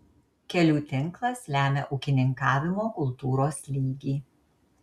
kelių tinklas lemia ūkininkavimo kultūros lygį